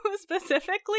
specifically